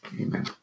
Amen